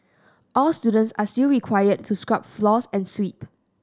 all students are still required to scrub floors and sweep